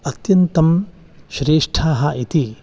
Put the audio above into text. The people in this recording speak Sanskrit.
अत्यन्तं श्रेष्ठः इति